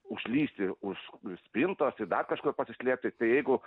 užlįsti už spintos ir dar kažkur pasislėpti tai jeigu